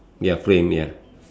ya frame ya